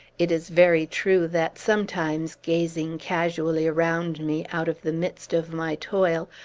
it is very true that, sometimes, gazing casually around me, out of the midst of my toil,